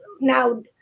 now